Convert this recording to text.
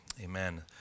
Amen